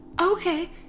Okay